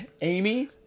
Amy